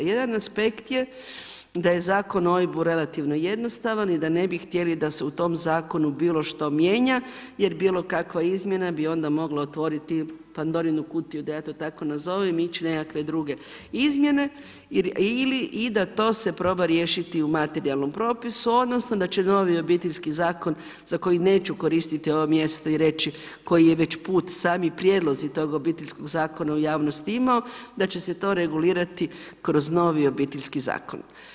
Jedan aspekt je da je Zakon o OIB-u relativno jednostavan i da ne bi htjeli da se u tom zakonu bilo što mijenja jer bilo kakva izmjena bi onda mogla otvoriti Pandorinu kutiju, da ja to tako nazovem i ići u nekakve druge izmjene ili/i da to se proba riješiti u materijalnom propisu odnosno da će novi Obiteljski zakon, za koji neću koristiti ovo mjesto i reći koji je već put i sami prijedlozi tog Obiteljskog zakona u javnosti imao, da će se to regulirati kroz novi Obiteljski zakon.